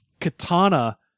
Katana